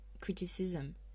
criticism